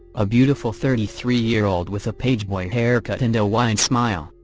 a beautiful thirty three year old with a pageboy haircut and a wide smile,